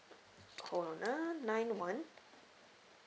hold on ah nine one